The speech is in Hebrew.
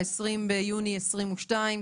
ה-20 ביוני 2022,